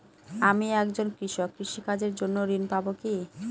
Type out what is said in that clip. আমি একজন কৃষক কৃষি কার্যের জন্য ঋণ পাব কি?